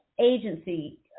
agency